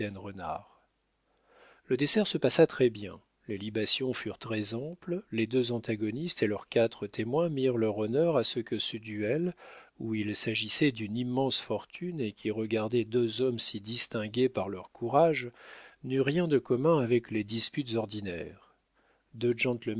renard le dessert se passa très-bien les libations furent très amples les deux antagonistes et leurs quatre témoins mirent leur honneur à ce que ce duel où il s'agissait d'une immense fortune et qui regardait deux hommes si distingués par leur courage n'eût rien de commun avec les disputes ordinaires